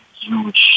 huge